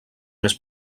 més